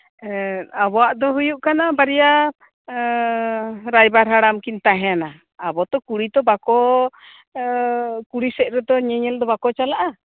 ᱟᱵᱚᱣᱟᱜ ᱫᱚ ᱦᱩᱭᱩᱜ ᱠᱟᱱᱟ ᱵᱟᱨᱭᱟ ᱨᱟᱭᱵᱟᱨ ᱦᱟᱲᱟᱢ ᱠᱤᱱ ᱛᱟᱦᱮᱸᱱᱟ ᱟᱵᱚ ᱛᱚ ᱠᱩᱲᱤ ᱛᱚ ᱵᱟᱠᱚ ᱠᱩᱲᱤ ᱥᱮᱫ ᱨᱮᱫᱚ ᱧᱮᱧᱮᱞ ᱫᱚ ᱵᱟᱠᱚ ᱪᱟᱞᱟᱜᱼᱟ